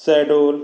Shahdol